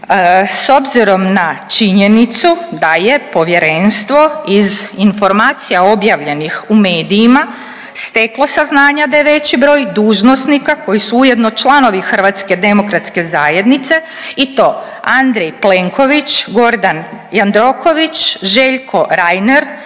s obzirom na činjenicu da je povjerenstvo iz informacija objavljenih u medijima steklo saznanja da je veći broj dužnosnika koji su ujedno članovi HDZ-a i to Andrej Plenković, Gordan Jandroković, Željko Reiner,